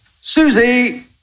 Susie